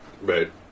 Right